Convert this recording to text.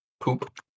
poop